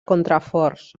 contraforts